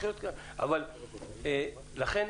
לכן,